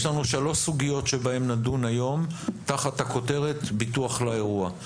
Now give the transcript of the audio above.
יש לנו שלוש סוגיות שבהן נדון היום תחת הכותרת ביטוח לאירוע.